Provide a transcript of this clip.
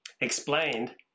explained